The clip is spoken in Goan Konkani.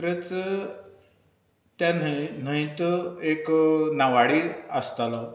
म्हणटेरच त्या न्हंय न्हंयत एक नावाडी आसतालो